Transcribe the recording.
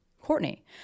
Courtney